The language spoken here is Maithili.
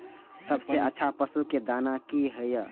सबसे अच्छा पशु के दाना की हय?